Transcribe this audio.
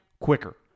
quicker